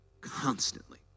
constantly